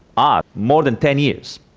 um more than ten years.